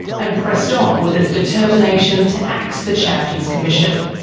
and pressed on with its determination to axe the charities commission.